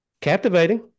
captivating